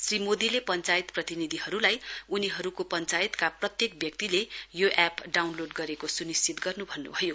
श्री मोदीले पश्वायत प्रतिनिधिहरूलाई उनीहरूको पश्वायतका प्रत्येक व्यक्तिले यो एप डाउनलोड गरेको सुनिश्चित गर्नु भन्नुभयो